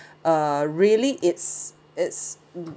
uh really it's it's